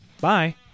Bye